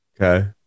okay